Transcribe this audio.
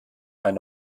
ein